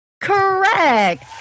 Correct